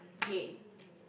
yay